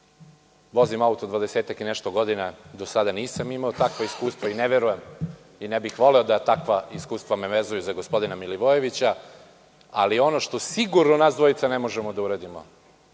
Vozim auto 20-ak i nešto godina, do sada nisam imao takva iskustva i ne verujem i ne bih voleo da takva iskustva me vezuju za gospodina Milivojevića. Ali, ono što sigurno da nas dvojica ne možemo da uradimo,